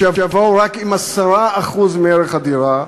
שיבואו רק עם 10% מערך הדירה,